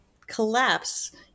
collapse